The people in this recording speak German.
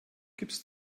gips